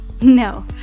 No